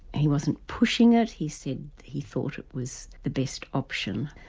he wasn't pushing it, he said he thought it was the best option.